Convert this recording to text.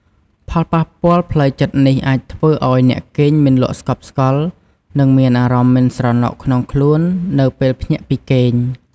ផលប៉ះពាល់ផ្លូវចិត្តនេះអាចធ្វើឱ្យអ្នកគេងមិនលក់ស្កប់ស្កល់ និងមានអារម្មណ៍មិនស្រណុកក្នុងខ្លួននៅពេលភ្ញាក់ពីគេង។